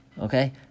okay